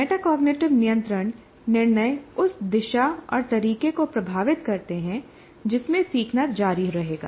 metacognitive नियंत्रण निर्णय उस दिशा और तरीके को प्रभावित करते हैं जिसमें सीखना जारी रहेगा